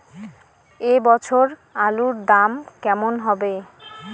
এ বছর আলুর দাম কেমন হবে?